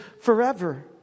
forever